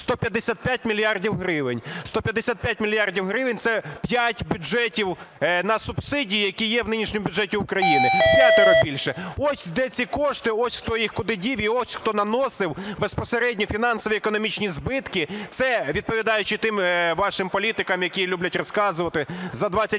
155 мільярдів гривень. 155 мільярдів гривень – це 5 бюджетів на субсидії, які є в нинішньому бюджеті України, вп'ятеро більше. Ось де ці кошти, ось хто їх куди дів і ось хто наносив безпосередньо фінансові економічні збитки. Це відповідаючи тим вашим політикам, які люблять розказувати – за 28 років